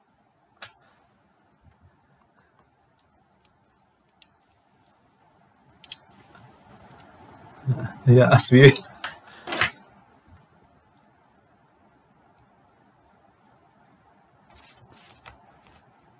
ya ya